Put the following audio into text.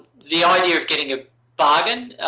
the idea of getting a bargain,